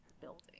building